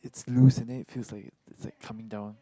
it's loose and it feels like it's like coming down